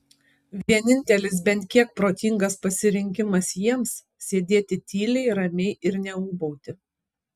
vienintelis bent kiek protingas pasirinkimas jiems sėdėti tyliai ramiai ir neūbauti